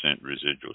residual